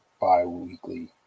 bi-weekly